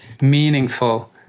meaningful